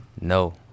No